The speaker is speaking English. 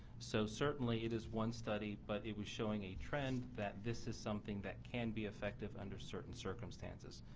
so certainly it is one study, but it was showing a trend that this is something that can be effective under certain circumstances.